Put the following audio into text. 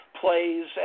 plays